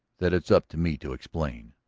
that it's up to me to explain.